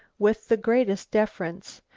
with the greatest deference,